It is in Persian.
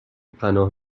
پناه